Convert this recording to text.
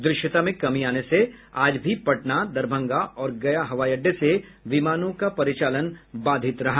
दृश्यता में कमी आने से आज भी पटना दरभंगा और गया हवाई अड्डे से विमानों का परिचालन बाधित रहा